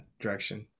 direction